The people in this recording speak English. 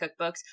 cookbooks